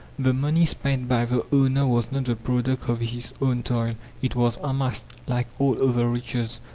the money spent by the owner was not the product of his own toil. it was amassed, like all other riches,